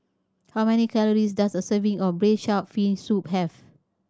how many calories does a serving of Braised Shark Fin Soup have